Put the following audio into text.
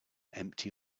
empty